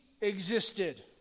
existed